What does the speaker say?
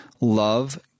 Love